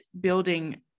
building